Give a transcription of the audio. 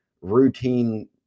routine